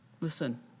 listen